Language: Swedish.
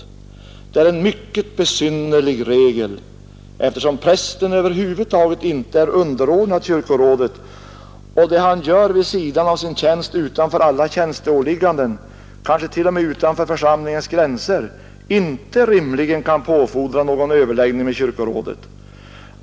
Det är en mycket besynnerlig regel, eftersom prästen över huvud taget inte är underordnad kyrkorådet och det han gör vid sidan av sin tjänst utanför alla tjänsteåligganden, kanske t.o.m. utanför församlingens gränser, inte rimligen kan påfordra någon överläggning med kyrkorådet.